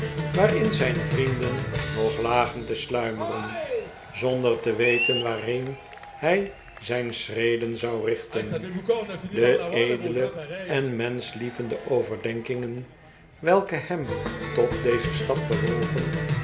waarin zijn de pickwick clu vrienden nog lagen te sluimeren zonder te weten waarheen hij zijn schreden zou richten de edele en menschlievende overdenkingen welke hem tot dezen stap bewogen